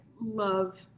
love